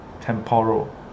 temporal